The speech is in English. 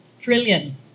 trillion